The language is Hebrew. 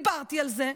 דיברתי על זה,